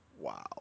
Wow